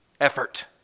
effort